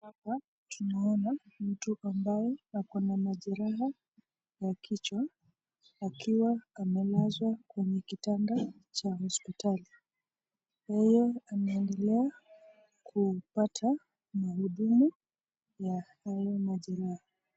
Hapa tunaona mtu ambaye ako na majeraha ya kichwa akiwa amelazwa kwenye kitanda cha hospitali. Yeye anaendelea kupata mhudumu ya hayo majeraha